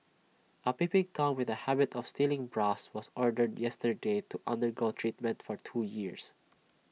A peeping Tom with A habit of stealing bras was ordered yesterday to undergo treatment for two years